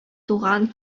туган